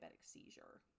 seizure